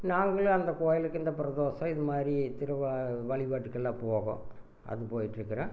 நாங்களும் அந்த கோயிலுக்கு இந்த பிரதோஷம் இது மாதிரி திருவிழா வழிபாட்டுக்கெல்லாம் போவோம் அது போயிட்டுருக்குறேன்